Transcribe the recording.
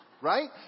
right